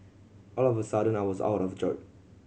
all of a sudden I was out of job